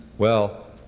well,